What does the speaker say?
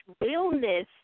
Realness